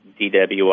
DWI